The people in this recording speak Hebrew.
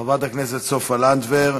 חברת הכנסת סופה לנדבר,